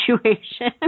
situation